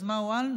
אז מה הועלנו?